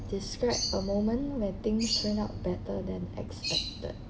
describe a moment when thing turn out better than expected